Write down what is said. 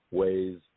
ways